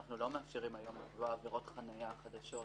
אנחנו לא מאפשרים לקבוע עבירות חניה חדשות